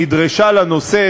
נדרשה לנושא,